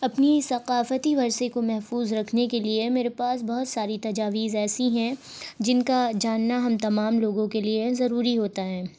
اپنی ثقافتی ورثے کو محفوظ رکھنے کے لیے میرے پاس بہت ساری تجاویز ایسی ہیں جن کا جاننا ہم تمام لوگوں کے لیے ضروری ہوتا ہے